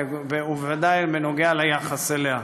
ובוודאי בנוגע ליחס אליה.